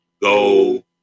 Go